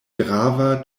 grava